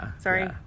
Sorry